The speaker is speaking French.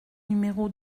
numéro